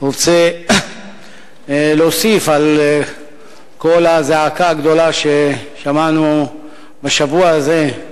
רוצה להוסיף על קול הזעקה הגדולה ששמענו בשבוע הזה,